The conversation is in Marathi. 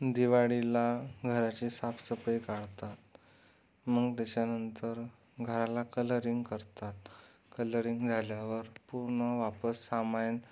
दिवाळीला घराची साफसफाई काढतात मग त्याच्यानंतर घराला कलरिंग करतात कलरिंग झाल्यावर पूर्ण वापस सामान